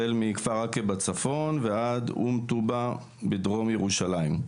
החל מכפר עקב בצפון אום טובא בדרום ירושלים.